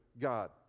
God